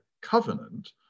covenant